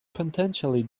potentially